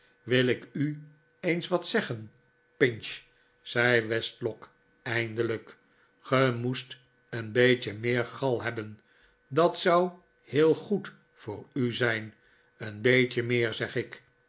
wil ik u eens wat zeggen pinch zei westlock eindelijk ge moest een beetje meer gal hebben dat zou heel goed voor u zijn een beetje meer zeg ik